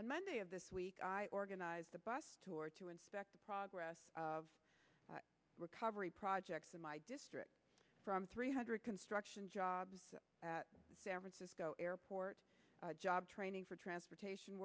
on monday of this week i organized a bus tour to inspect the progress of recovery projects in my district from three hundred construction jobs at san francisco airport job training for transportation